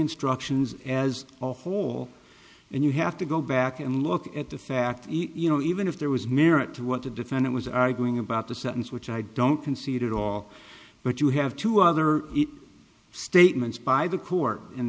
instructions as a whole and you have to go back and look at the fact you know even if there was merit to what to defend it was arguing about the sentence which i don't concede at all but you have two other statements by the court and